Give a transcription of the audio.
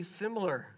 similar